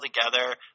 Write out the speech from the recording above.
together